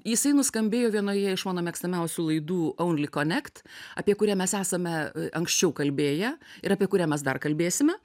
jisai nuskambėjo vienoje iš mano mėgstamiausių laidų only connect apie kurią mes esame anksčiau kalbėję ir apie kurią mes dar kalbėsime